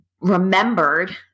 remembered